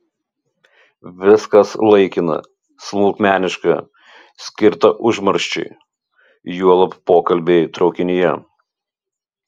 viskas laikina smulkmeniška skirta užmarščiai juolab pokalbiai traukinyje